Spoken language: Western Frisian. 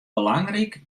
belangryk